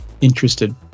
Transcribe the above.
interested